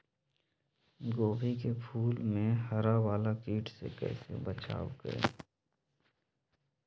गोभी के फूल मे हरा वाला कीट से कैसे बचाब करें?